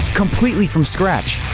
completely from scratch.